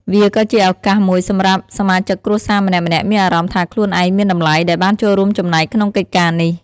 វាក៏ជាឱកាសមួយសម្រាប់សមាជិកគ្រួសារម្នាក់ៗមានអារម្មណ៍ថាខ្លួនឯងមានតម្លៃ ដែលបានចូលរួមចំណែកក្នុងកិច្ចការនេះ ។